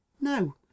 no